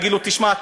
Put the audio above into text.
להגיד לו: תשמע,